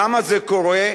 למה זה קורה?